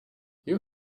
you